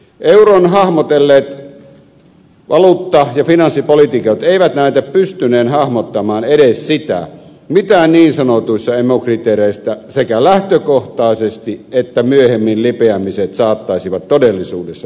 euron hahmotelleet valuutta ja finanssipoliitikot eivät näytä pystyneen hahmottamaan edes sitä mitä niin sanotuista emu kriteereistä sekä lähtökohtaisesti että myöhemmin lipeämiset saattaisivat todellisuudessa merkitä